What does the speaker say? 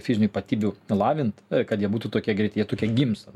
fizinių ypatybių lavint kad jie būtų tokie greiti jie tokie gimsta